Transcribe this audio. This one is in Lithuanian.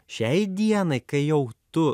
šiai dienai kai jau tu